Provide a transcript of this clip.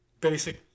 basic